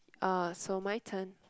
uh so my turn